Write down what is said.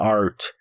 art